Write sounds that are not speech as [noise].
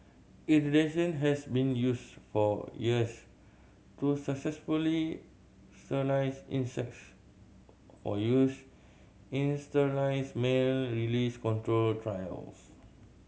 irradiation has been used for years to successfully sterilise insects of use in sterile [unintelligible] male release control trials